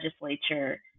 legislature